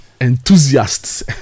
enthusiasts